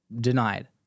Denied